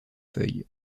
feuilles